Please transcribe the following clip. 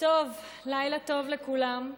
לילה טוב לכולם.